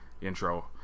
intro